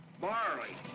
barley